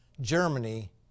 Germany